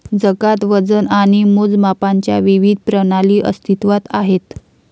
जगात वजन आणि मोजमापांच्या विविध प्रणाली अस्तित्त्वात आहेत